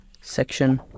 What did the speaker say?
section